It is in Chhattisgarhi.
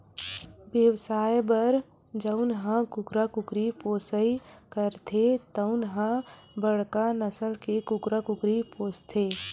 बेवसाय बर जउन ह कुकरा कुकरी पोसइ करथे तउन ह बड़का नसल के कुकरा कुकरी पोसथे